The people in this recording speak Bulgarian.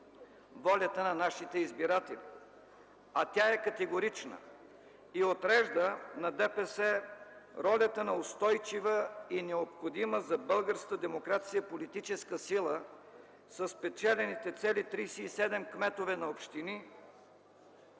волята на нашите избиратели. А тя е категорична и отрежда на ДПС ролята на устойчива и необходима за българската демокрация политическа сила със спечелените цели 37 кметове на общини,